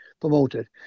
promoted